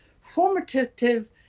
formative